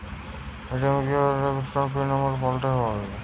ATM এ গিয়া debit কার্ডের পিন নম্বর পাল্টাতে হয়েটে